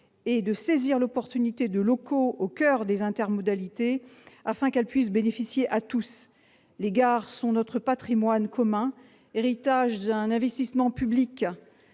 et de saisir l'opportunité de locaux au coeur des intermodalités qui puissent bénéficier à tous. Les gares sont notre patrimoine commun, héritage d'un investissement public